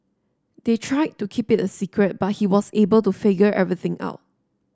they tried to keep it a secret but he was able to figure everything out